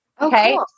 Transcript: Okay